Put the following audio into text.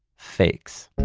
fakes